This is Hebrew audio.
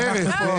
אנחנו כאן.